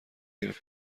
گرفت